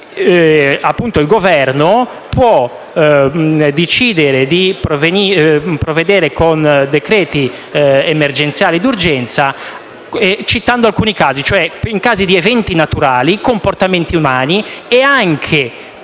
il Governo può decidere di provvedere con decreti d'urgenza, citando alcuni casi: in casi cioè di eventi naturali, comportamenti umani e anche